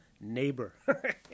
neighbor